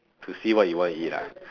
to see what you want to eat ah